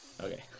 okay